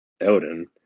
Elden